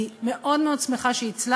אני מאוד מאוד שמחה שהצלחנו,